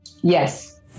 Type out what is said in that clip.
Yes